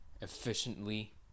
efficiently